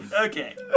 Okay